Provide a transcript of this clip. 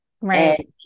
right